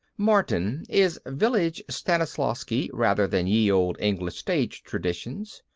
martin is village stanislavsky rather than ye olde english stage traditions.